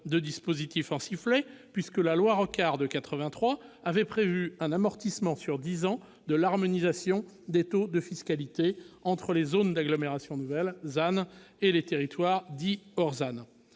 de dispositifs en sifflet : la loi Rocard de 1983 avait prévu un amortissement sur dix ans de l'harmonisation des taux de fiscalité entre les zones d'agglomération nouvelle, ZAN, et les territoires dits « hors ZAN